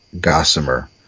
Gossamer